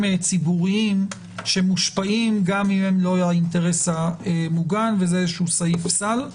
ציבוריים שמושפעים גם אם הם לא האינטרס המוגן וזה סעיף סל.